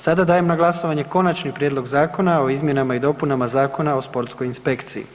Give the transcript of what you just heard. Sada dajem na glasovanje Konačni prijedlog zakona o izmjenama i dopunama Zakona o sportskoj inspekciji.